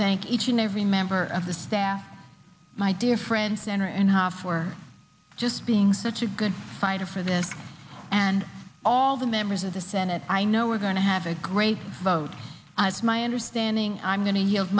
thank each and every member of the staff my dear friend center and half for just being such a good fighter for this and all the members of the senate i know we're going to have a great vote as my understanding i'm going to